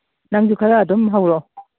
ꯅꯪꯁꯨ ꯈꯔ ꯑꯗꯨꯝ ꯍꯧꯔꯣ